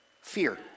Fear